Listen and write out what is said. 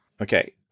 Okay